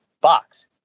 Box